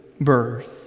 birth